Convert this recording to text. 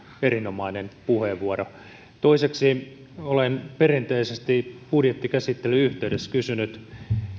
erinomainen puheenvuoro toiseksi olen perinteisesti budjettikäsittelyn yhteydessä kysynyt